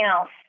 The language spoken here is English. else